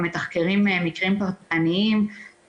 גם מתחקרים מקרים פרטניים,